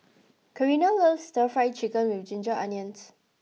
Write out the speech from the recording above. Karina loves Stir Fry Chicken with Ginger Onions